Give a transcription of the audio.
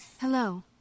Hello